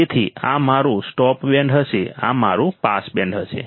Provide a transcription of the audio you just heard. તેથી આ મારું સ્ટોપ બેન્ડ હશે આ મારું પાસ બેન્ડ હશે